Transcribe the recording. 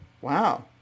Wow